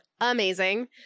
amazing